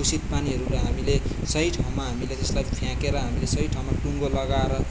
दूषित पानीहरूलाई हामीले सही ठाउँमा हामीले त्यसलाई फ्याँकेर हामीले सही ठाउँमा टुङ्गो लगाएर